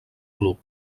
club